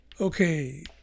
Okay